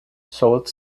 sault